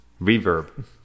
Reverb